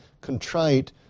contrite